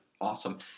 Awesome